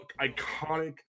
iconic